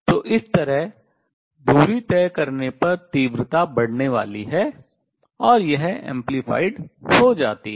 तो इस तरह दूरी तय करने पर तीव्रता बढ़ने वाली है और यह प्रवर्धित हो जाती है